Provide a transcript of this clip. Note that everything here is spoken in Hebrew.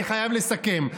אני חייב לסכם.